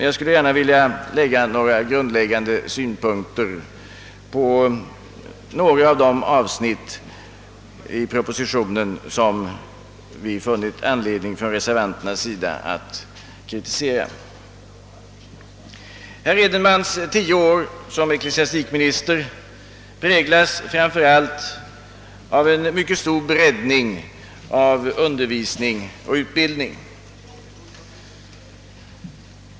Jag skulle dock gärna vilja nämna en del grundläggande synpunkter på några av de avsnitt i propositionen som vi reservanter funnit anledning att kritisera. Herr Edenmans tio år som ecklesiastikminister präglas framför allt av en mycket stor breddning av undervisning och utbildning.